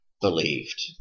believed